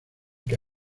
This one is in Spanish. que